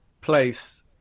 place